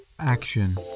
Action